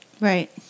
Right